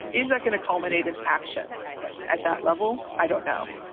is that going to culminate in action at that level? i don't know.